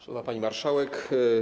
Szanowna Pani Marszałek!